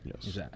yes